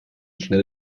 schnell